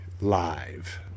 live